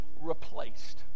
replaced